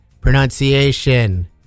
pronunciation